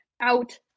out